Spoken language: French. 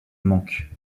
manque